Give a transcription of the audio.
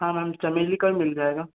हाँ मैंम चमेली का भी मिल जाएगा